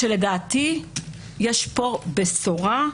לדעתי יש פה בשורה,